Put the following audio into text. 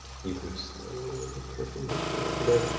you kind of slowly, and carefully make your way over there.